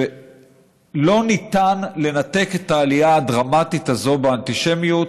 ולא ניתן לנתק את העלייה הדרמטית הזאת באנטישמיות